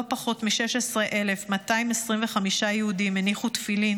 לא פחות מ-16,225 יהודים הניחו תפילין